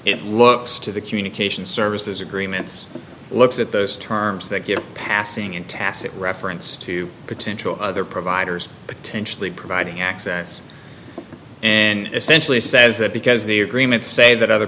it looks to the communication services agreements looks at those terms that passing in tacit reference to potential other providers potentially providing access and essentially says that because the agreements say that other